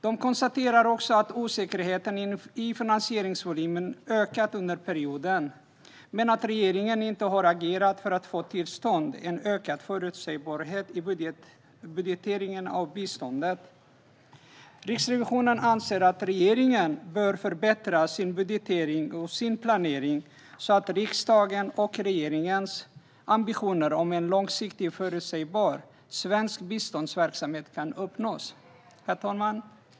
Man konstaterar också att osäkerheten i finansieringsvolymen ökat under perioden men att regeringen inte har agerat för att få till stånd en ökad förutsägbarhet i budgeteringen av biståndet. Riksrevisionen anser att regeringen bör förbättra sin budgetering och sin planering så att riksdagens och regeringens ambitioner om en långsiktigt förutsägbar svensk biståndsverksamhet kan uppnås. Herr talman!